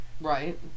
Right